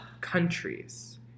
countries